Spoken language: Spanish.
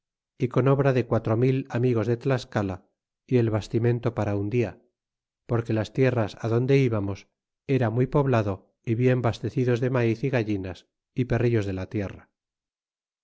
y con obra de quatro mil amigos de tlascala y el bastimento para un dia porque las tierras adonde íbamos era muy poblado y bien bastecidos de maiz y gallinas y perrillos de la tierra